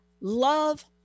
love